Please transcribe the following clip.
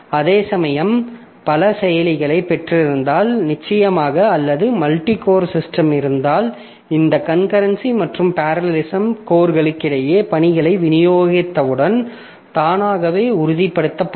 அதேசமயம் பல செயலிகளைப் பெற்றிருந்தால் நிச்சயமாக அல்லது மல்டி கோர் சிஸ்டம் இருந்தால் இந்த கன்கரன்சி மற்றும் பேரலலிசம் கோர்களிடையே பணிகளை விநியோகித்தவுடன் தானாகவே உறுதிப்படுத்தப்படும்